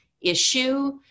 issue